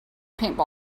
paintball